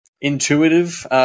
intuitive